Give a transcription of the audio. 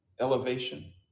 elevation